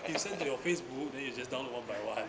he send to your Facebook then you just download one by one